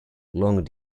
long